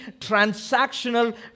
transactional